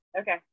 Okay